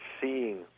seeing